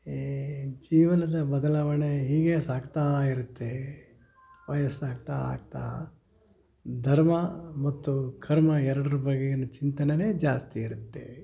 ಈ ಜೀವನದ ಬದಲಾವಣೆ ಹೀಗೆ ಸಾಗ್ತಾ ಇರುತ್ತೆ ವಯಸ್ಸು ಆಗ್ತಾ ಆಗ್ತಾ ಧರ್ಮ ಮತ್ತು ಕರ್ಮ ಎರಡರ ಬಗೆಗಿನ ಚಿಂತನೆಯೇ ಜಾಸ್ತಿ ಇರುತ್ತೆ